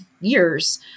years